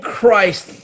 Christ